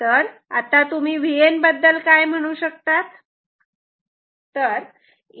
तर आता तुम्ही Vn बद्दल काय म्हणू शकतात